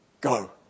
Go